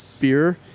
beer